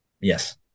Yes